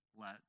let